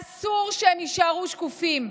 אסור שהם יישארו שקופים.